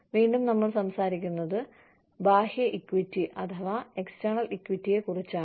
വീണ്ടും നമ്മൾ സംസാരിക്കുന്നത് ബാഹ്യ ഇക്വിറ്റിയെക്കുറിച്ചാണ്